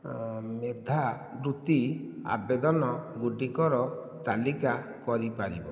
ମେଧାବୃତ୍ତି ଆବେଦନଗୁଡ଼ିକର ତାଲିକା କରିପାରିବ